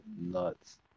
nuts